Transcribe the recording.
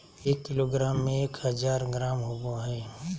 एक किलोग्राम में एक हजार ग्राम होबो हइ